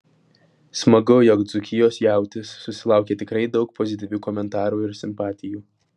smagu jog dzūkijos jautis susilaukė tikrai daug pozityvių komentarų ir simpatijų